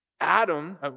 Adam